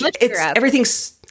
everything's